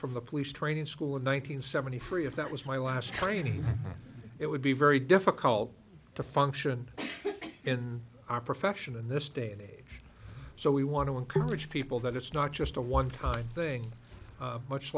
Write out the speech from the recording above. from the police training school in one nine hundred seventy three if that was my last training it would be very difficult to function in our profession in this day and age so we want to encourage people that it's not just a one time thing much